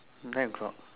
nine o-clock